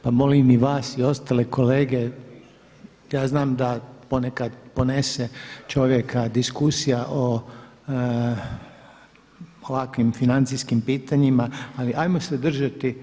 Pa molim i vas i ostale kolege, ja znam da ponekad ponese čovjeka diskusija o ovakvim financijskim pitanjima, ali hajmo se držati.